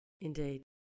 Indeed